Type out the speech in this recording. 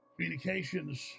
communications